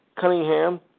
Cunningham